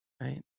right